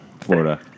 Florida